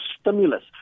stimulus